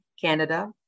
Canada